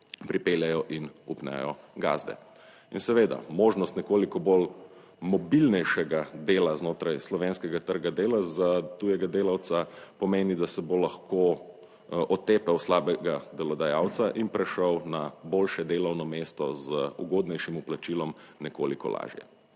pripeljejo in vpnejo gazde. In seveda možnost nekoliko bolj mobilnejšega dela znotraj slovenskega trga dela za tujega delavca pomeni, da se bo lahko otepel slabega delodajalca in prešel na boljše delovno mesto z ugodnejšim vplačilom, nekoliko lažje.